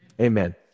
Amen